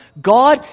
God